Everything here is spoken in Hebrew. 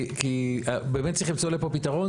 כי באמת צריך למצוא לפה פתרון.